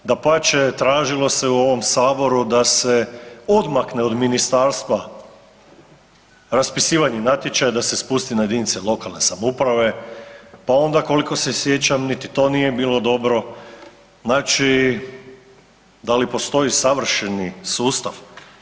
Dapače, tražilo se u ovom Saboru da se odmakne od ministarstva raspisivanje natječaja, da se spusti na jedinice lokalne samouprave, pa onda koliko se sjećam, niti to nije bilo dobro, znači da li postoji savršeni sustav?